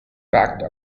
backed